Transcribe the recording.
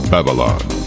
Babylon